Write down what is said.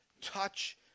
touch